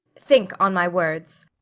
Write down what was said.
think on my words.